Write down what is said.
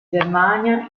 germania